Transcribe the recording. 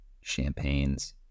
champagnes